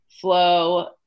flow